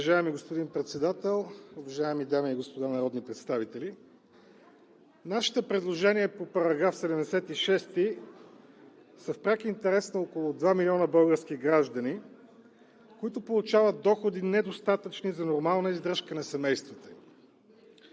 Уважаеми господин Председател, уважаеми дами и господа народни представители! Нашите предложения по § 76 са в пряк интерес на около 2 милиона български граждани, които получават доходи, недостатъчни за нормална издръжка на семействата